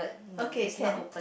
okay can